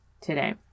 today